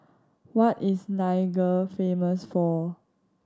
what is Niger famous for